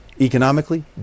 economically